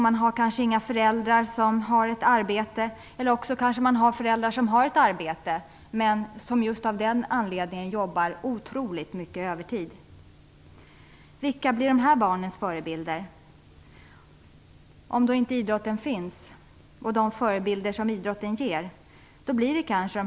Man har kanske inte föräldrar som har ett arbete, eller också har föräldrarna kanske arbete och just av den anledningen jobbar otroligt mycket på övertid. Vilka blir förebilderna för de här barnen, om idrotten och de förebilder som idrotten ger inte finns?